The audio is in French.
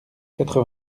quatre